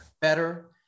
better